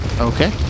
Okay